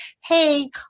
hey